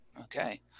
okay